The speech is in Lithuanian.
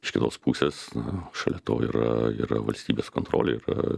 iš kitos pusės na šalia to yra yra valstybės kontrolė yra